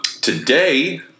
Today